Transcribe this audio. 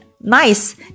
Nice